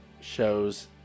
shows